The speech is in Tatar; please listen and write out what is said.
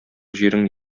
җирең